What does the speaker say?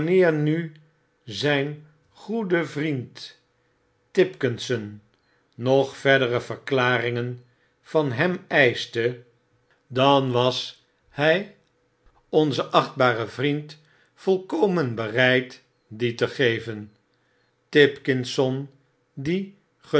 nu zijn goede vriend tipkisson nog verdere verklaringen van hem eischte dan ppp onze achtingswaardige veiend was hjj onze achtbare vriend volkomen bereid die te geven tipkisson die